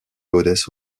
goddess